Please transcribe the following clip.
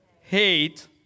Hate